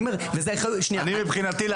מבחינתי,